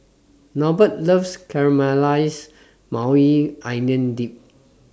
Norbert loves Caramelized Maui Onion Dip